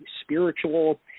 spiritual